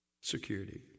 Security